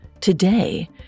Today